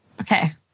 Okay